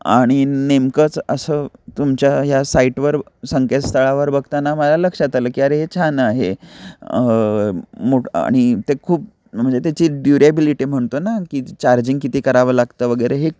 आणि नेमकंच असं तुमच्या ह्या साईटवर संकेत स्थळावर बघताना मला लक्षात आलं की अरे हे छान आहे मोठ आणि ते खूप म्हणजे त्याची ड्युरेबिलिटी म्हणतो ना की चार्जिंग किती करावं लागतं वगैरे हे